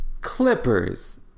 Clippers